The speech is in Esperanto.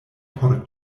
por